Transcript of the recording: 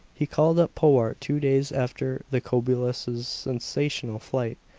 he called up powart two days after the cobulus's sensational flight,